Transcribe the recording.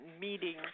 meeting